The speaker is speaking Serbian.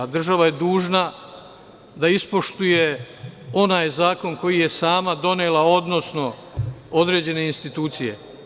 Država je dužna da ispoštuje onaj zakon koji je sama donela, odnosno, određene institucije.